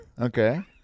Okay